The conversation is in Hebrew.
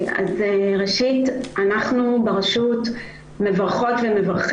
אז הנייר סופג הכל ואפשר לכתוב חוקים וכן הלאה.